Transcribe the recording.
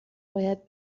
باید